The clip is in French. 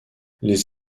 les